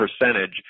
percentage